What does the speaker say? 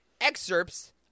excerpts